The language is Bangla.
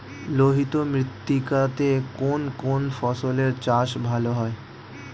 লোহিত মৃত্তিকা তে কোন কোন ফসলের চাষ ভালো হয়?